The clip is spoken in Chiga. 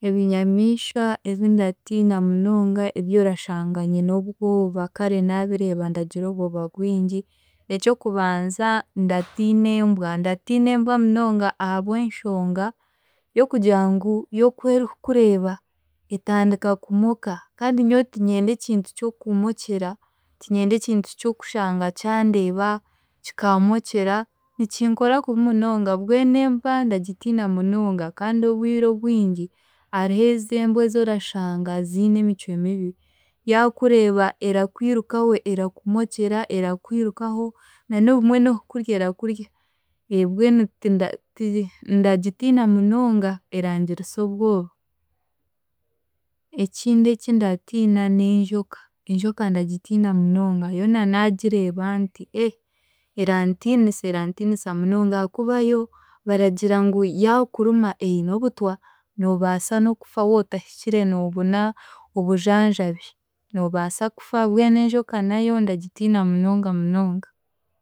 Ebinyamiishwa ebi ndatiina munonga ebyorashanga nyine obwoba kare naabireeba ndagira obwoba bwingi eky'okubanza ndatiina embwa ndatiina embwa munonga ahabw'enshonga y'okugira ngu y'okwerikukureeba etandika kumoka kandi nyowe tiinyenda ekintu ky'okumokyera, tiinyenda ekintu ky'okushanga kyandeeba kikamookyera nikinkora kubi munonga, mbwenu embwa ndagitiina munonga kandi obwire obwingi hariho ezi embwa ezorashanga ziine emicwe mibi, yaakureeba erakwirukaho, erakumokyera, erakwirukaho nan'obumwe n'okukudya erakudya mbwenu tinda ndagitiina munonga, erangirisa obwoba. Ekindi ekindatiina n'enjoka. Enjoka ndagitiina munonga yo na naagireeba nti ee eraantinisa erantiinisa munonga ahakuba yo baragira ngu yaakuruma eine obutwa noobaasa n'okufa wootahikire noobona obujanjabi noobaasa kufa mbwenu enjoka nayo ndagitiina munonga munonga